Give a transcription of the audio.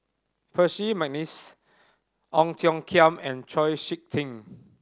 Percy McNeice Ong Tiong Khiam and Chau Sik Ting